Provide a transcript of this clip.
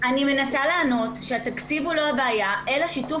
אני מנסה לענות שהתקציב הוא לא הבעיה אלא שיתוף